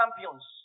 champions